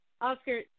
Oscar